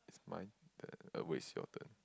my turn uh wait it's your turn